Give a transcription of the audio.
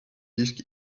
disk